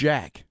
Jack